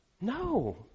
No